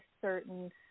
certain